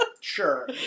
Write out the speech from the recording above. Sure